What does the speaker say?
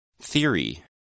Theory